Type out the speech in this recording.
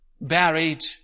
buried